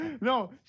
no